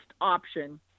option